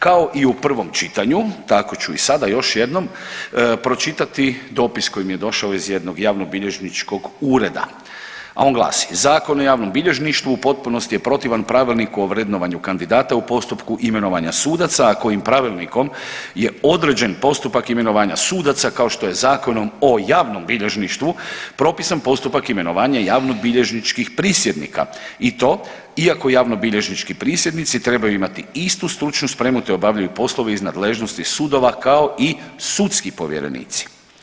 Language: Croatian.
Kao i u prvom čitanju, tako ću i sada još jednom pročitati dopis koji mi je došao iz jednog javnobilježničkog ureda, a on glasi: „Zakon o javnom bilježništvu u potpunosti je protivan Pravilniku o vrednovanju kandidata u postupku imenovanja sudaca, a kojim pravilnikom je određen postupak imenovanja sudaca kao što je Zakonom o javnom bilježništvu propisan postupak imenovanja javnobilježničkih prisjednika i to iako javnobilježnički prisjednici trebaju imati istu stručnu spremu te obavljaju poslove iz nadležnosti sudova kao i sudski povjerenici.